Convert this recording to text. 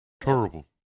terrible